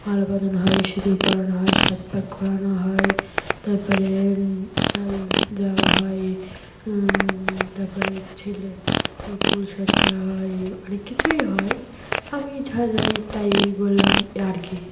মালা বদল হয় সিঁদুর পরানো হয় সাতপাক ঘোরানো হয় তার পরে চাল দেওয়া হয় তার পরে ছেলে ফুলসজ্জা হয় অনেক কিছুই হয় আমি যা জানি তাই বললাম আর কি